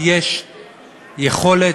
יש יכולת,